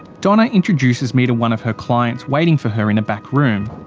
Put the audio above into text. donna introduces me to one of her clients waiting for her in a back room.